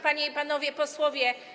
Panie i Panowie Posłowie!